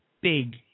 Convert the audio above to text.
big